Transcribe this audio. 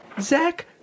Zach